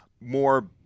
more